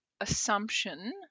assumption